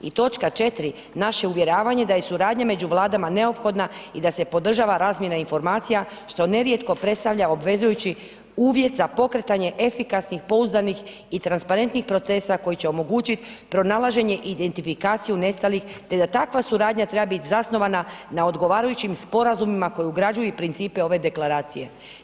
I točka 4, naše uvjeravanje da je suradnja među Vladama neophodna i da se podržava razmjena informacija što nerijetko predstavlja obvezujući uvjet za pokretanje efikasnih, pouzdanih i transparentnih procesa koji će omogućit pronalaženje i identifikaciju nestalih, te da takva suradnja treba bit zasnovana na odgovarajućim sporazumima koje ugrađuju i principe ove Deklaracije.